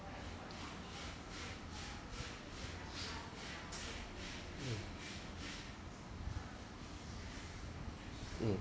mm